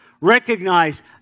Recognize